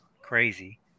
crazy